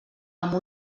amb